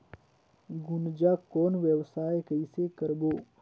गुनजा कौन व्यवसाय कइसे करबो?